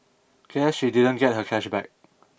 guess she didn't get her cash back